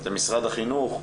זה משרד החינוך,